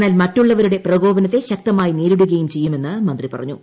എന്നാൽ മറ്റുള്ളവൂരുടെ പ്രകോപനത്തെ ശക്തമായി നേരിടുകയും ചെയ്യുമെന്ന് മന്ത്രി പറഞ്ഞു